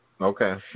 Okay